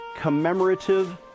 commemorative